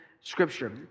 Scripture